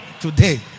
today